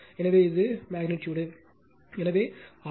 எனவே இது மெக்னிட்யூடு எனவே ஆர்